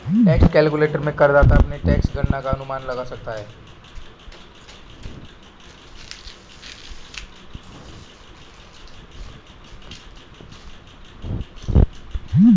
tax calculator में करदाता अपनी टैक्स गणना का अनुमान लगा सकता है